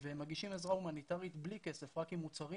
ומגישים עזרה הומניטרית בלי כסף, רק עם מוצרים.